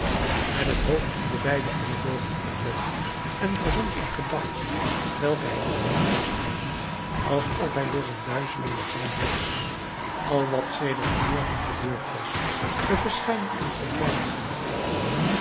met het hoofd in de beide ellebogen op het bed en verzonk in gedachten welke hij niet kon vasthouden alsof hij door een duizeling bevangen was al wat sedert den morgen gebeurd was de verschijning en verdwijning van den engel